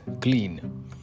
clean